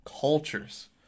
cultures